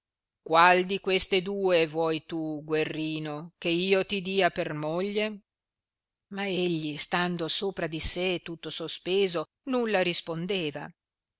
qual di queste due vuoi tu guerrino che io ti dia per moglie ma egli stando sopra di sé tutto sospeso nulla rispondeva